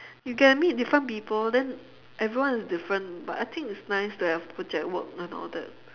you get to meet different people then everyone is different but I think it's nice that you have project work and all that